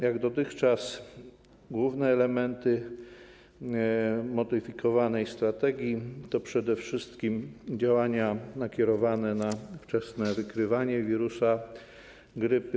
Jak dotychczas główne elementy modyfikowanej strategii to przede wszystkim działania nakierowane na wczesne wykrywanie wirusa grypy.